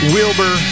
Wilbur